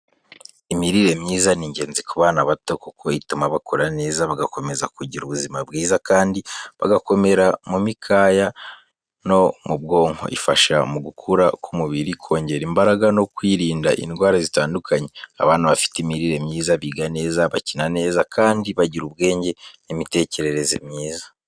Imirire myiza ni ingenzi ku bana bato kuko ituma bakura neza, bagakomeza kugira ubuzima bwiza kandi bagakomera mu mikaya no mu bwonko. Ifasha mu gukura k’umubiri, kongera imbaraga no kwirinda indwara zitandukanye. Abana bafite imirire myiza biga neza, bakina neza kandi bagira ubwenge n’imitekerereze myiza.